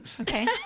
Okay